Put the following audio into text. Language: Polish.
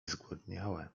zgłodniałe